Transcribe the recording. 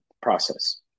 process